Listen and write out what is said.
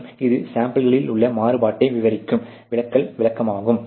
மற்றும் இது சாம்பிளில் உள்ள மாறுபாட்டை விவரிக்கும் விலகல் விளக்கமாகும்